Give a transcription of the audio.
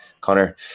Connor